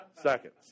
seconds